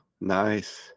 nice